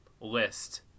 list